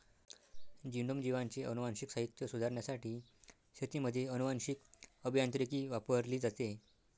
genome, जीवांचे अनुवांशिक साहित्य सुधारण्यासाठी शेतीमध्ये अनुवांशीक अभियांत्रिकी वापरली जाते